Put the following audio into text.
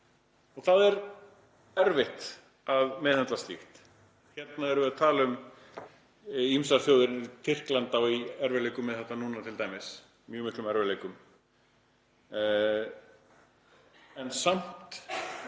og það er erfitt að meðhöndla slíkt. Hérna erum við að tala um ýmsar þjóðir, Tyrkland á í erfiðleikum með þetta núna t.d., mjög miklum erfiðleikum, en samt